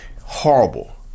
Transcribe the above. horrible